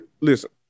listen